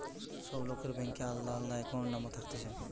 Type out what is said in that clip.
সব লোকের ব্যাংকে আলদা আলদা একাউন্ট নম্বর থাকতিছে